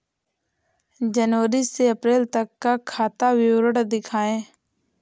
जनवरी से अप्रैल तक का खाता विवरण दिखाए?